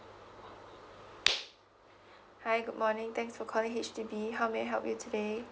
hi good morning thanks for calling H_D_B how may I help you today